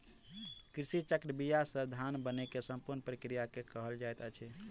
कृषि चक्र बीया से धान बनै के संपूर्ण प्रक्रिया के कहल जाइत अछि